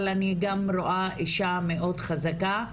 אבל אני גם רואה אישה מאוד חזקה,